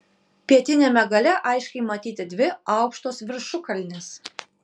pietiniame gale aiškiai matyti dvi aukštos viršukalnės